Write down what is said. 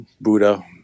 Buddha